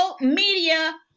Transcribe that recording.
media